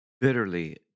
Bitterly